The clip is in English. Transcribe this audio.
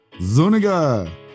Zuniga